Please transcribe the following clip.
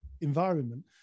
environment